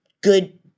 good